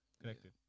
Connected